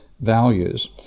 values